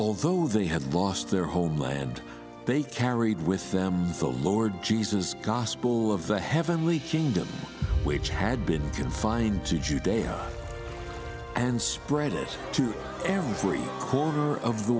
although they had lost their homeland they carried with them the lowered jesus gospel of the heavenly kingdom which had been confined to judeo and spread it to every corner of the